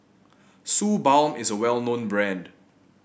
Suu Balm is a well known brand